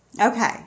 Okay